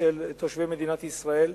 של תושבי מדינת ישראל,